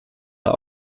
are